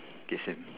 K same